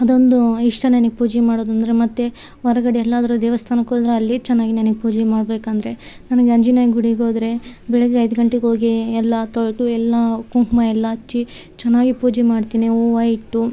ಅದೊಂದು ಇಷ್ಟ ನನಗ್ ಪೂಜೆ ಮಾಡೋದಂದರೆ ಮತ್ತು ಹೊರಗಡೆ ಎಲ್ಲಾದರು ದೇವಸ್ಥಾನಕ್ಕೆ ಹೋದ್ರೆ ಅಲ್ಲಿ ಚೆನ್ನಾಗಿನೇ ನನಗ್ ಪೂಜೆ ಮಾಡಬೇಕಂದ್ರೆ ನನಗೆ ಆಂಜನೇಯನ ಗುಡಿಗೆ ಹೋದ್ರೆ ಬೆಳಗ್ಗೆ ಐದು ಗಂಟೆಗೋಗಿ ಎಲ್ಲ ತೊಳೆದು ಎಲ್ಲ ಕುಂಕುಮ ಎಲ್ಲ ಹಚ್ಚಿ ಚೆನ್ನಾಗಿ ಪೂಜೆ ಮಾಡ್ತೀನಿ ಹೂವು ಇಟ್ಟು